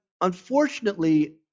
unfortunately